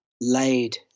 laid